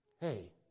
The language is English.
Hey